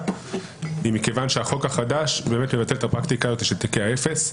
היא מכיוון שהחוק החדש יבטל את הפרקטיקה של תיקי האפס.